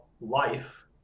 life